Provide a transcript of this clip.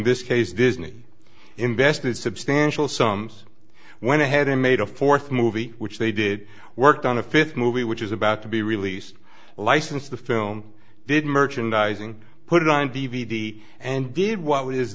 this case disney invested substantial sums went ahead and made a fourth movie which they did worked on a fifth movie which is about to be released licensed the film didn't merchandising put it on d v d and did what